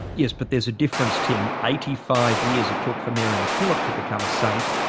yes, but there's a difference, tim. eighty five years it took for mary mackillop to become a saint.